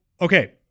okay